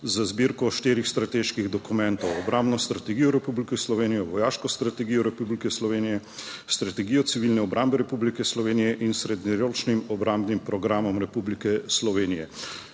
z zbirko štirih strateških dokumentov: Obrambno strategijo Republike Slovenije, Vojaško strategijo Republike Slovenije, Strategijo civilne obrambe Republike Slovenije in s Srednjeročnim obrambnim programom Republike Slovenije.